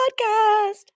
podcast